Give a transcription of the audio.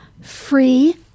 Free